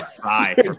try